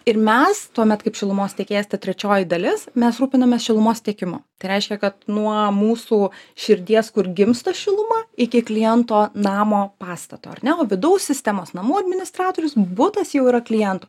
ir mes tuomet kaip šilumos tiekėjas ta trečioji dalis mes rūpinamės šilumos tiekimu tai reiškia kad nuo mūsų širdies kur gimsta šiluma iki kliento namo pastato ar ne o vidaus sistemos namų administratorius butas jau yra klientų